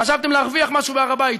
חשבתם להרוויח משהו בהר הבית,